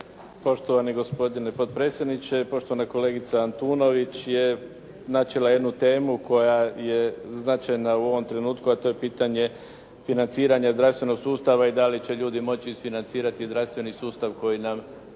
Poštovani gospodine potpredsjedniče, poštovana kolegica Antunović načela je jednu temu koja je značajna u ovome trenutku, a to je pitanje financiranja zdravstvenog sustava i dali će ljudi moći isfinancirati zdravstveni sustav koji imamo